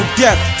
death